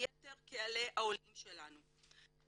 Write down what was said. מיתר קהלי העולים שלנו.